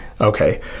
Okay